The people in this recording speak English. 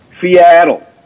Seattle